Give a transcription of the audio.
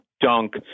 dunk